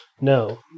No